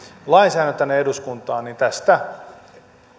lainsäädännön eduskuntaan niin tästä